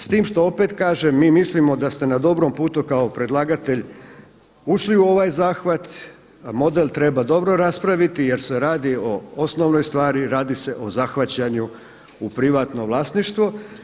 S time što opet kažem mi mislimo da ste na dobrom putu kao predlagatelj ušli u ovaj zahvat, model treba dobro raspraviti jer se radi o osnovnoj stvari, radi se o zahvaćanju u privatno vlasništvo.